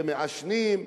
ומעשנים,